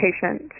patient